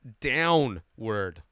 downward